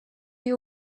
you